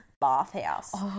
bathhouse